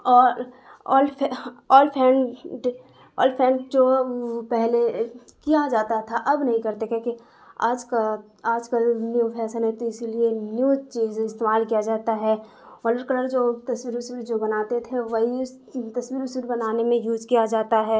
آل oil paint oil paint جو پہلے کیا جاتا تھا اب نہیں کرتے کیونکہ آج کا آج کل نیو فیشن ہے تو اسی لیے نیو چیز استعمال کیا جاتا ہے واٹر کلر جو تصویر وصویر جو بناتے تھے وہی تصویر وصویر بنانے میں یوز کیا جاتا ہے